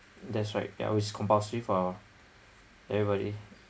that's right yeah it was compulsory for everybody